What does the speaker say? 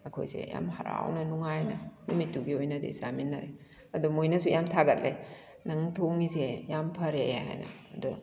ꯑꯩꯈꯣꯏꯁꯦ ꯌꯥꯝ ꯍꯔꯥꯎꯅ ꯅꯨꯡꯉꯥꯏꯅ ꯅꯨꯃꯤꯠꯇꯨꯒꯤ ꯑꯣꯏꯅꯗꯤ ꯆꯥꯃꯤꯟꯅꯔꯦ ꯑꯗꯨ ꯃꯣꯏꯅꯁꯨ ꯌꯥꯝ ꯊꯥꯒꯠꯂꯦ ꯅꯪ ꯊꯣꯡꯂꯤꯁꯦ ꯌꯥꯝ ꯐꯔꯛꯑꯦ ꯍꯥꯏꯅ ꯑꯗꯣ